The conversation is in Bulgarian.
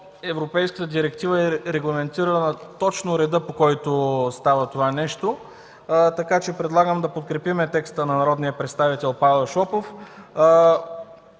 европейската директива е регламентирала точно реда, по който става това нещо, така че предлагам да подкрепим текста на народния представител Павел Шопов.